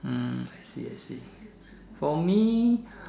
hmm I see I see for me